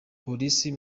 polisi